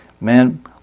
Man